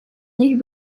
nich